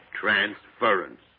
Transference